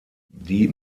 die